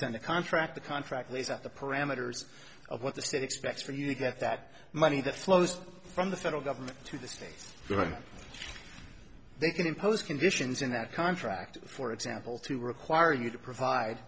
send a contract the contract lays out the parameters of what the state expects for you to get that money that flows from the federal government to the states then they can impose conditions in that contract for example to require you to provide